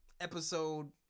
Episode